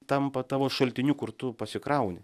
tampa tavo šaltiniu kur tu pasikrauni